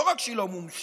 ולא רק שהיא לא מומשה,